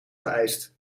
geëist